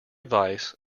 advice